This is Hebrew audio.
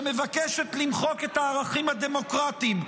שמבקשת למחוק את הערכים הדמוקרטיים,